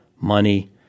money